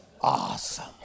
Awesome